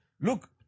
Look